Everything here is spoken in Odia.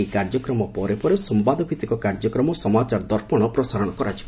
ଏହି କାର୍ଯ୍ୟକ୍ରମ ପରେ ପରେ ସମ୍ୟାଦଭିତ୍ତିକ କାର୍ଯ୍ୟକ୍ରମ 'ସମାଚାର ଦର୍ପଣ' ପ୍ରସାରଣ କରାଯିବ